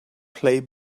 play